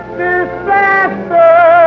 disaster